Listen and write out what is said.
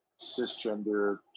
cisgender